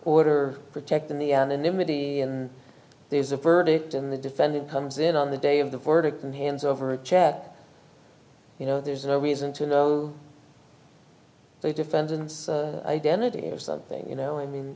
order protecting the anonymity and there's a verdict in the defendant comes in on the day of the verdict and hands over a chat you know there's no reason to know a defendant's identity or something you know i mean